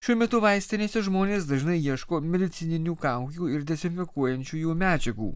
šiuo metu vaistinėse žmonės dažnai ieško medicininių kaukių ir dezinfekuojančiųjų medžiagų